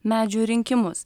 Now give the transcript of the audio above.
medžių rinkimus